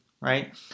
right